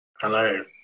Hello